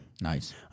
nice